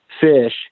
fish